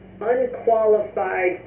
unqualified